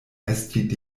estis